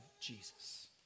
Jesus